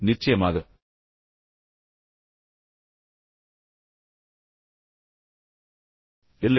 நிச்சயமாக இல்லை